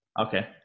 Okay